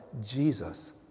Jesus